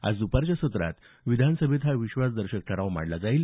आज दुपारच्या सत्रात विधानसभेत हा विश्वासदर्शक ठराव मांडला जाईल